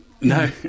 No